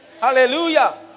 Hallelujah